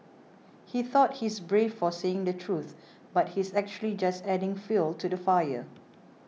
he thought he's brave for saying the truth but he's actually just adding fuel to the fire